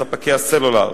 ספקי הסלולר,